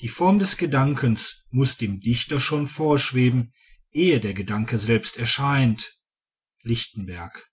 die form des gedankens muß dem dichter schon vorschweben ehe der gedanke selbst erscheint lichtenberg